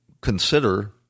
consider